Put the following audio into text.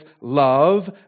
love